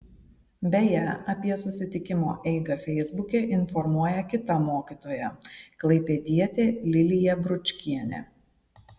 beje apie susitikimo eigą feisbuke informuoja kita mokytoja klaipėdietė lilija bručkienė